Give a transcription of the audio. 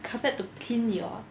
carpet to clean your